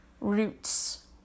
roots